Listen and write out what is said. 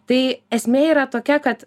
tai esmė yra tokia kad